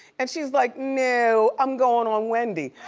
and she's like, no, i'm going on wendy.